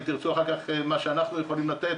אם תרצו אחר כך מה שאנחנו יכולים לתת,